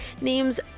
names